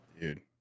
Dude